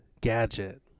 gadget